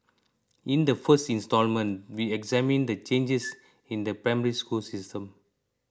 in the first instalment we examine the changes in the Primary School system